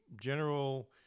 general